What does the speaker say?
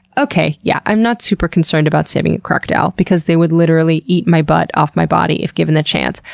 okay, yeah, i'm not super concerned about saving a crocodile because they would literally eat my butt off my body if given the chance,